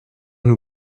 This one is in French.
nous